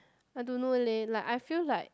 I don't know leh like I feel like